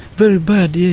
very bad, yeah